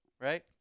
right